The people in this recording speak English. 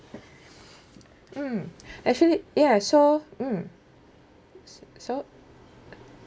mm actually yes so mm so